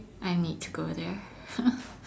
I need to go there